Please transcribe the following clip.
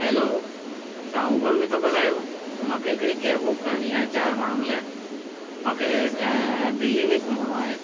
hello तव्हां Uber में था ॻाल्हायो मूंखे हिकिड़ी कैब बुक करणी आहे चारि माण्हुनि लाइ मूंखे दिल्ली में घुमणो आहे